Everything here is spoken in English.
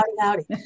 howdy